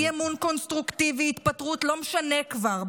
דקה, אי-אמון קונסטרוקטיבי, התפטרות, לא משנה כבר.